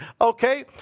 Okay